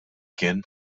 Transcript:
kien